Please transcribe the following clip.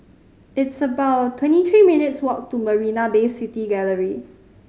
it's about twenty three minutes' walk to Marina Bay City Gallery